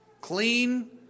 clean